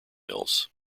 mills